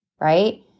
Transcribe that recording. Right